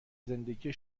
زندگی